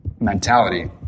Mentality